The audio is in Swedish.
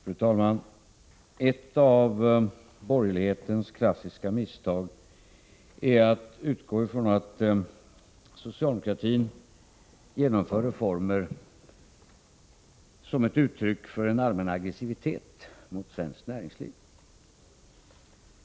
Fru talman! Ett av borgerlighetens klassiska misstag är att utgå ifrån att socialdemokratin genomför reformer som ett uttryck för en allmän aggressivitet mot svenskt näringsliv.